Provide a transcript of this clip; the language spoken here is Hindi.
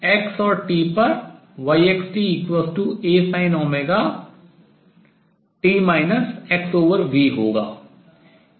x और t पर yxtAsin t xv होगा